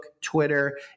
Twitter